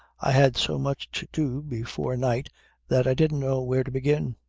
i had so much to do before night that i didn't know where to begin.